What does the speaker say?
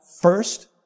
first